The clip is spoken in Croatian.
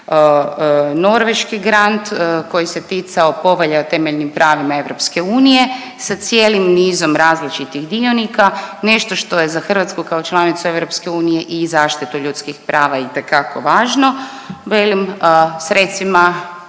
Norveški Grant koji se ticao Povelje o temeljnim pravima EU sa cijelim nizom različitih dionika, nešto što je za Hrvatsku kao članicu EU i zaštitu ljudskih prava itekako važno, velim sredstvima